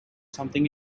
something